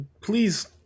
Please